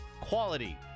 quality